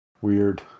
Weird